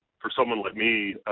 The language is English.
for someone like me,